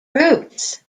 routes